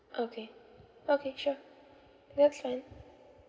okay okay sure ya that's fine